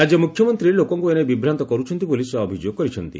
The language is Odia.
ରାଜ୍ୟ ମୁଖ୍ୟମନ୍ତ୍ରୀ ଲୋକଙ୍କୁ ଏ ନେଇ ବିଭ୍ରାନ୍ତ କରୁଛନ୍ତି ବୋଲି ସେ ଅଭିଯୋଗ କରିଛନ୍ତି